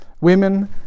women